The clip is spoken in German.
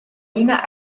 wiener